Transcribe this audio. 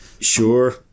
Sure